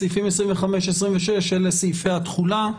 סעיפים 25 ו-26 הם סעיפי התחולה.